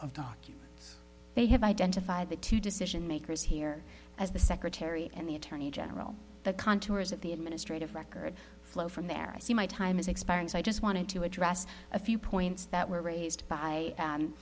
secretary they have identified the two decision makers here as the secretary and the attorney general the contours of the administrative record flow from there i see my time has expired so i just wanted to address a few points that were raised by